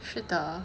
是的